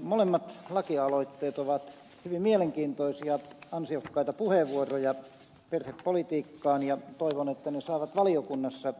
molemmat lakialoitteet ovat hyvin mielenkiintoisia ansiokkaita puheenvuoroja perhepolitiikkaan ja toivon että ne saavat valiokunnassa